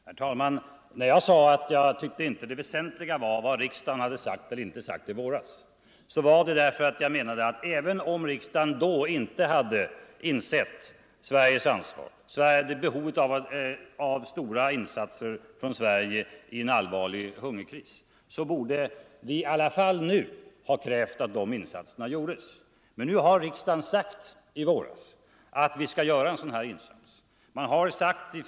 Herr talman! När jag sade att jag inte tyckte att det väsentliga var vad riksdagen hade sagt eller inte sagt i våras, så var det därför att jag menade att även om riksdagen då inte hade insett Sveriges ansvar, behovet av stora insatser från Sverige i en allvarlig hungerkris, så borde vi i alla fall nu ha krävt att de insatserna gjordes. Men nu har riksdagen sagt i våras att vi skall göra en sådan här insats.